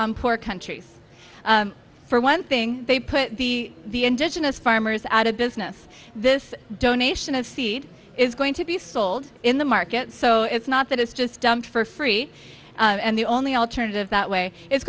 on poor countries for one thing they put the indigenous farmers out of business this donation of seed is going to be sold in the market so it's not that it's just dumped for free and the only alternative that way it's